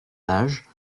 âges